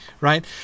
right